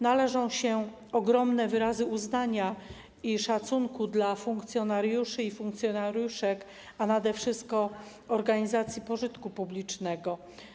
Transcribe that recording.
Należą się ogromne wyrazy uznania i szacunku dla funkcjonariuszy i funkcjonariuszek, a nade wszystko dla organizacji pożytku publicznego.